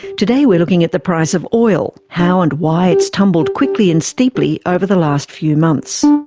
today we're looking at the price of oil, how and why it's tumbled quickly and steeply over the last few months.